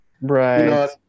Right